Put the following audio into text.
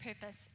purpose